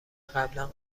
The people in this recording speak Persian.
قبلا